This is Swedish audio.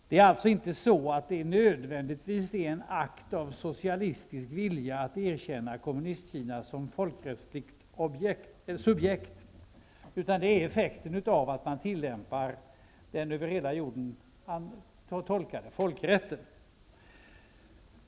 Det är alltså inte nödvändigtvis en akt av socialistisk vilja att erkänna Kommunistkina som folkrättsligt subjekt, utan det är effekten av att man tillämpar den över hela jorden tolkade folkrätten.